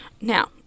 Now